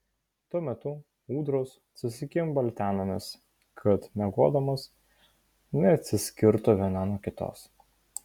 tuo metu ūdros susikimba letenomis kad miegodamos neatsiskirtų viena nuo kitos